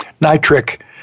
nitric